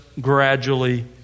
gradually